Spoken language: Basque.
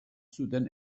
zuten